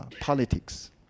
politics